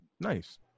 Nice